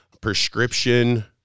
prescription